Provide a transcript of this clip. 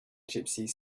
gypsies